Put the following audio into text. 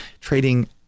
Trading